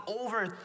over